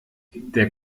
der